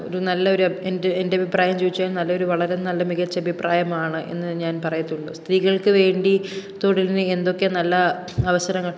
ഒരു നല്ലൊരു എൻ്റെ എന്റെ അഭിപ്രായം ചോദിച്ചാൽ നല്ലൊരു വളരെ നല്ല മികച്ച അഭിപ്രായമാണ് എന്ന് ഞാൻ പറയത്തൊള്ളു സ്ത്രീകൾക്ക് വേണ്ടി തൊഴിൽന് എന്തൊക്കെ നല്ല അവസരങ്ങൾ